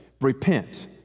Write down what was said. Repent